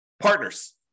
Partners